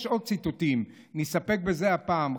יש עוד ציטוטים, נסתפק בזה הפעם.